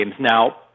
Now